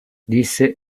disse